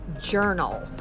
journal